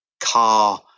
car